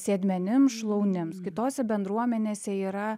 sėdmenims šlaunims kitose bendruomenėse yra